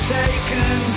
taken